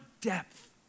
depth